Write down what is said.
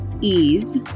ease